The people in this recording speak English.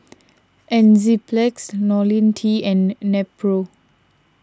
Enzyplex Lonil T and Nepro